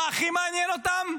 מה הכי מעניין אותם?